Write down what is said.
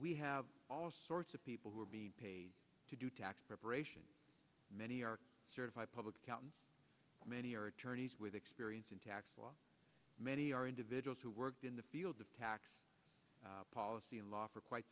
we have all sorts of people who are being paid to do tax preparation many are certified public accountants many are attorneys with experience in tax law many are individuals who worked in the field of tax policy and law for quite